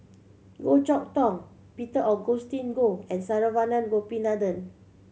Goh Chok Tong Peter Augustine Goh and Saravanan Gopinathan